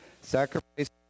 Sacrifice